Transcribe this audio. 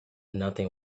nothing